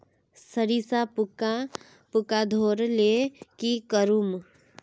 सरिसा पूका धोर ले की करूम?